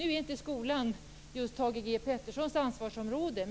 Nu är inte skolan Thage G Petersons område.